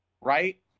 right